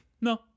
no